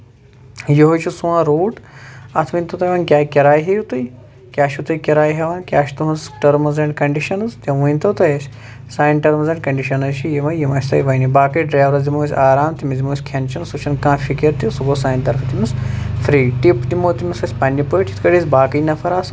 یِہوے چھُ سون روٗٹ اَتھ ؤنۍ تو تُہۍ وۄنۍ کیاہ کِراے ہیٚیو تُہۍ کیاہ چھِو تُہۍ کِراے ہیٚوان کیاہ چھُ تہنٛز ٹرمٕز ایڈ کنڈِشیٚنٕز تِم ؤنۍ تو تُہۍ اَسہِ سانہِ ٹرمٕز ایڈ کنڈِشیٚنٕز چھِ یِمے یِم اسہِ تۄہہ وَنہِ باقٕے ڈریورَس دِمو أسۍ آرام تٔمِس دِمو أسۍ کھٮ۪ن چٮ۪ن سُہ چھُ نہٕ کانٛہ فِکر تہِ سُہ گوٚو سانہِ طرفہٕ تٔمِس فری ٹِپ دِمو تٔمِس أسۍ پَنٕنہِ پٲٹھۍ یِتھ پٲٹھۍ أسۍ باقٕے نَفر آسو